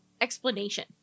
explanation